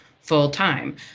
full-time